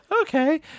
okay